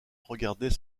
regardait